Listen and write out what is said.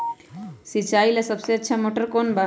सिंचाई ला सबसे अच्छा मोटर कौन बा?